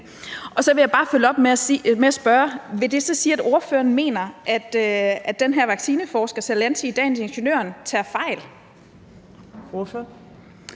Vil det så sige, at ordføreren mener, at den her vaccineforsker, Salanti, i dag i Ingeniøren